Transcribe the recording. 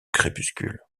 crépuscule